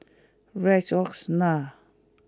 Rexona